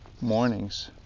mornings